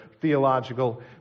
theological